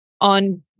on